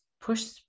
Push